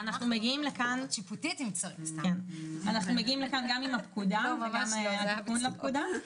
אנחנו מגיעים לכאן גם עם הפקודה וגם עם התיקון לפקודה.